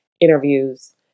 interviews